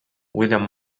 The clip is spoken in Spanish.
william